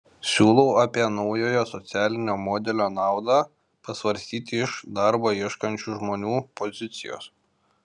siūlau apie naujojo socialinio modelio naudą pasvarstyti iš darbo ieškančių žmonių pozicijos